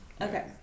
Okay